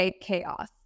chaos